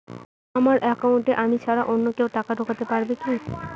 আমার একাউন্টে আমি ছাড়া অন্য কেউ টাকা ঢোকাতে পারবে কি?